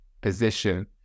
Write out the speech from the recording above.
position